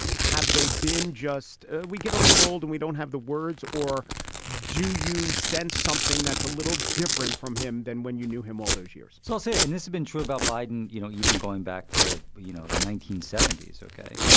have they been just. we get a little old and we don't have the words or do you sense something that's a little different from him than when you knew him all those years? so i'll say and it's been true about biden, you know, even going back to you know the nineteen seventy s. ok.